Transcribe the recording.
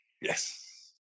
Yes